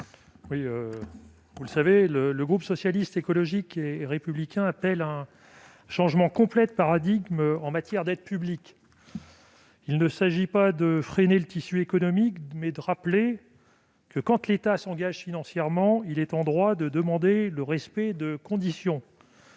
Cozic. Vous le savez, le groupe Socialiste, Écologiste et Républicain appelle à un changement complet de paradigme en matière d'aides publiques. Il ne s'agit pas de freiner l'activité économique, mais de rappeler que, quand l'État s'engage financièrement, il est en droit de poser ses conditions.